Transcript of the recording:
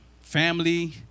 Family